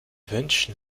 wünscht